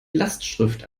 lastschrift